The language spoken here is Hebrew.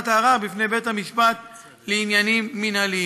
הערר בפני בית-המשפט לעניינים מינהליים.